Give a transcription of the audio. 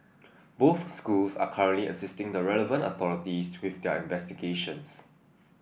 both schools are currently assisting the relevant authorities with their investigations